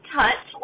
touch